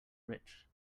rich